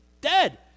dead